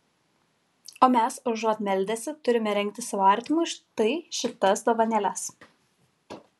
o mes užuot meldęsi turime rengti savo artimui štai šitas dovanėles